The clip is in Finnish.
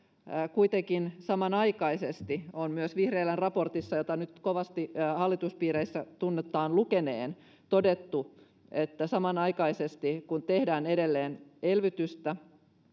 kuitenkin samanaikaisesti on todettu myös vihriälän raportissa jota nyt kovasti hallituspiireissä tunnutaan lukeneen että samanaikaisesti kun tehdään edelleen elvytystä